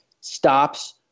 stops